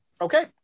Okay